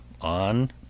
on